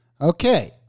Okay